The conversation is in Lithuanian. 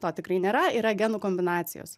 to tikrai nėra yra genų kombinacijos